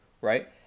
right